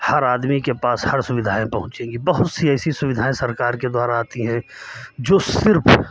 हर आदमी के पास हर सुविधाएं पहुंचेंगी बहुत सी ऐसी सुविधाएं सरकार के द्वारा आती हैं जो सिर्फ